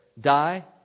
die